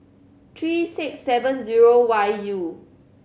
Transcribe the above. three six seven zero Y U